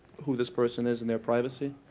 who this person is and their privacy?